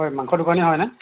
হয় মাংস দোকানী হয়নে